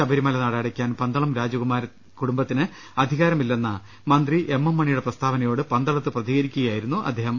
ശബരിമല നട അടയ്ക്കാൻ പന്തളം രാജകുടുംബത്തിന് അധികാരമില്ലെന്ന മന്ത്രി എം എം മണിയുടെ പ്രസ്താവനയോട് പന്തളത്ത് പ്രതികരിക്കുകയായിരുന്നു അദ്ദേഹം